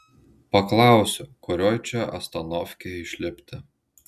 paklausiu kurioj čia astanovkėj išlipti